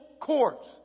courts